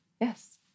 Yes